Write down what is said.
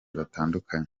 batandukanye